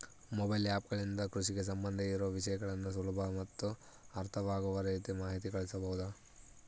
Mobile app ಗಳಿಂದ ಕೃಷಿಗೆ ಸಂಬಂಧ ಇರೊ ವಿಷಯಗಳನ್ನು ಸುಲಭ ಮತ್ತು ಅರ್ಥವಾಗುವ ರೇತಿ ಮಾಹಿತಿ ಕಳಿಸಬಹುದಾ?